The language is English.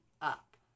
up